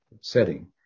setting